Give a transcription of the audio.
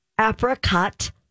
Apricot